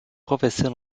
professeur